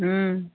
हूँ